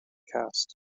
cast